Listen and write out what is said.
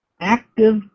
active